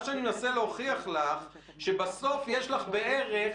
מה שאני מנסה להוכיח לך שבסוף יש לך בערך